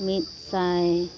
ᱢᱤᱫ ᱥᱟᱭ